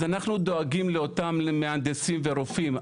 אז אנחנו דואגים לאותם מהנדסים ורופאים,